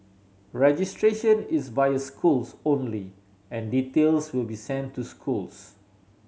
registration is via schools only and details will be sent to schools